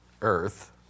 earth